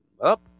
up